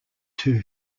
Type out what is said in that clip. two